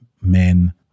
men